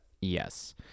yes